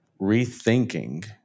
rethinking